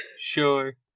sure